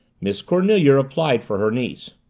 miss cornelia replied for her niece.